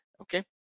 okay